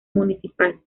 municipal